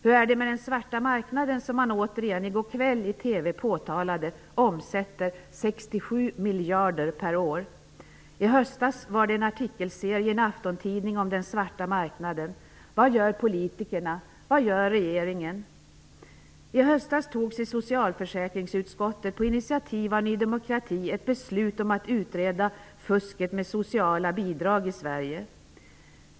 Hur är det med den svarta marknaden, som man återigen i går kväll i TV påtalade omsätter 67 miljarder per år? I höstas var det en artikelserie i en aftontidning om den svarta marknaden. Vad gör politikerna? Vad gör regeringen? I höstas togs i socialförsäkringsutskottet, på initiativ av Ny demokrati, ett beslut om att utreda fusket med sociala bidrag i Sverige.